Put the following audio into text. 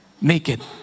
Naked